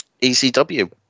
ECW